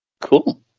cool